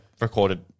recorded